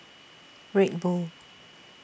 Red Bull